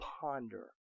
ponder